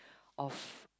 of